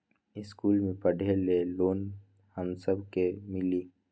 इश्कुल मे पढे ले लोन हम सब के मिली?